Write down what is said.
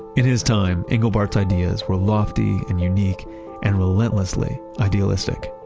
in his time, engelbart's ideas were lofty and unique and relentlessly idealistic